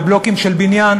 ובלוקים של בניין